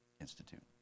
Institute